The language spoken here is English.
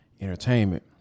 entertainment